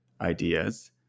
ideas